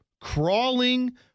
crawling